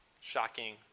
shocking